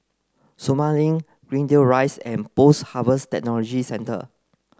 Sumang Link Greendale Rise and Post Harvest Technology Centre